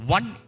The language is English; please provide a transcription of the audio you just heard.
One